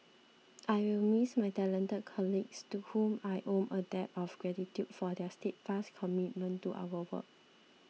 I'll miss my talented colleagues to whom I owe a debt of gratitude for their steadfast commitment to our work